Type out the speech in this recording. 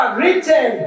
written